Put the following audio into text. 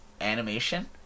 animation